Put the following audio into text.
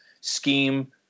scheme